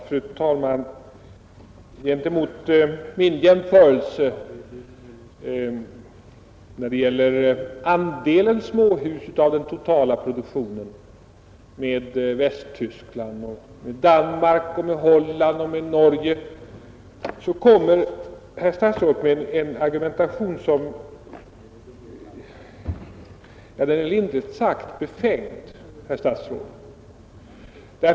Fru talman! Gentemot min jämförelse, när det gäller andelen småhus av den totala produktionen, med Västtyskland, Danmark, Holland och Norge, kommer herr statsrådet med en argumentation som är lindrigt sagt befängd, herr statsråd.